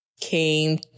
came